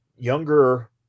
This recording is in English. younger